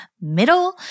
middle